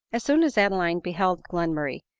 as soon as adeline beheld glenmurray,